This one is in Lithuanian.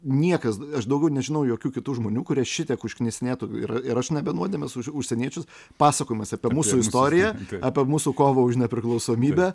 niekas aš daugiau nežinau jokių kitų žmonių kurie šitiek užknisinėtų ir ir aš ne be nuodėmės už užsieniečius pasakojimas apie mūsų istoriją apie mūsų kovą už nepriklausomybę